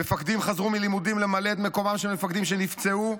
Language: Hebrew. מפקדים חזרו מלימודים למלא את מקומם של מפקדים שנפצעו,